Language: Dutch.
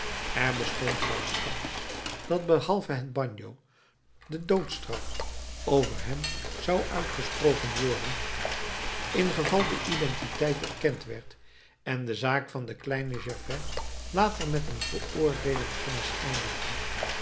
er bestond zelfs kans dat behalve het bagno de doodstraf over hem zou uitgesproken worden ingeval de identiteit erkend werd en de zaak van den kleinen gervais later met een veroordeelend vonnis eindigde